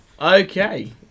Okay